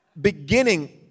beginning